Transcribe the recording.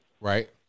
Right